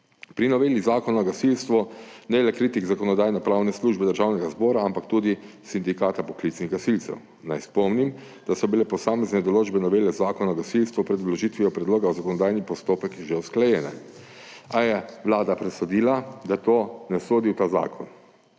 Pri noveli zakona o gasilstvu ne le kritikam Zakonodajno-pravne službe Državnega zbora, ampak tudi sindikata poklicnih gasilcev. Naj spomnim, da so bile posamezne določbe novele Zakona o gasilstvu pred vložitvijo predloga v zakonodajni postopek že usklajene, a je Vlada presodila, da to ne sodi v ta zakon.